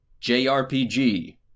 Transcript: jrpg